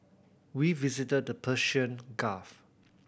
we visited the Persian Gulf